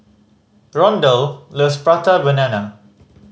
Rondal loves Prata Banana